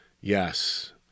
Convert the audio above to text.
yes